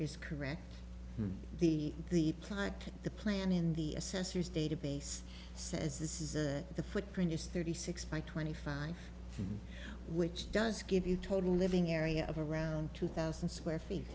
is correct the the clock the plan in the assessor's database says this is a the footprint is thirty six by twenty five which does give you total living area of around two thousand square feet